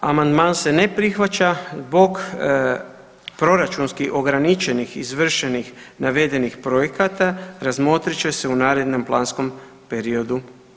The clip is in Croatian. Amandman se ne prihvaća zbog proračunski ograničenih, izvršenih, navedenih projekata razmotrit će se u narednom planskom periodu.